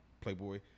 playboy